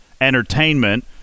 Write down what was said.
entertainment